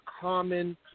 common